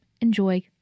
Enjoy